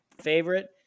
favorite